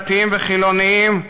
דתיים וחילונים,